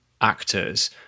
actors